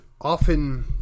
often